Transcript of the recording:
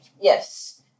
Yes